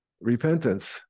Repentance